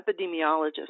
epidemiologist